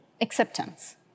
acceptance